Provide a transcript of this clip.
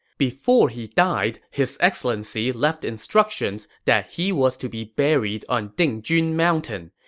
before he died, his excellency left instructions that he was to be buried on dingjun mountain.